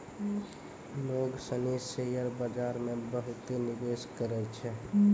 लोग सनी शेयर बाजार मे बहुते निवेश करै छै